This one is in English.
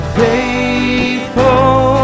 faithful